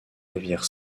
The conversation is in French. rivière